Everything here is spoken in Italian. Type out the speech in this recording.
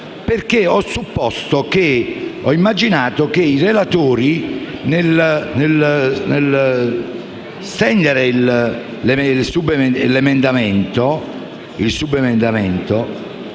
poiché ho immaginato che i relatori, nello stendere il loro emendamento,